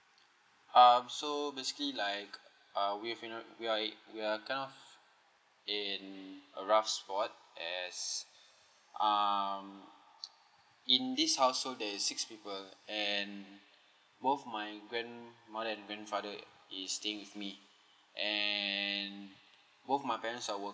um so basically like uh we have you know we are we are kind of in a rough spot as um in this household there is six people and both my grandmother and grandfather is staying with me and both my parents are working